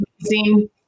amazing